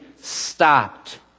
stopped